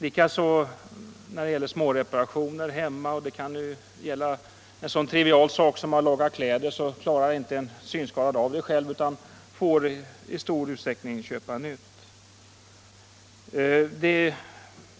Detsamma gäller småreparationer i hemmet —- det kan gälla en så trivial sak som att laga kläder. Det klarar inte en synskadad av själv utan får i stor utsträckning köpa nytt.